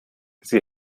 sie